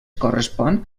correspon